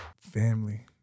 Family